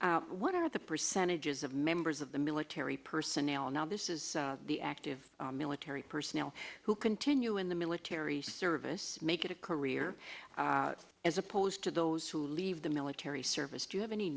what are the percentages of members of the military personnel now this is the active military personnel who continue in the military service make it a career as opposed to those who leave the military service do you have any